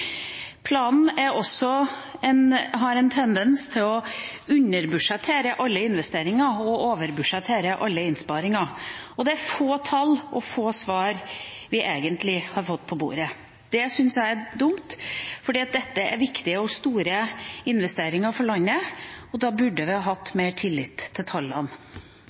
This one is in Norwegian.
planen. Planen har en tendens til å underbudsjettere alle investeringer og overbudsjettere alle innsparinger. Det er få tall og få svar vi egentlig har fått på bordet. Det syns jeg er dumt, for dette er viktige og store investeringer for landet, og da burde vi hatt mer tillit til tallene.